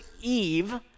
Eve